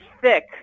thick